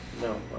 No